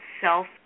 self